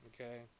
okay